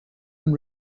and